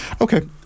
Okay